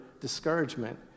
discouragement